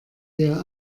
ihr